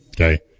Okay